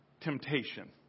temptation